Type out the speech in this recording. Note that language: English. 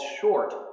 short